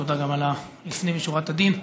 תודה גם על לפנים משורת הדין.